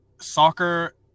soccer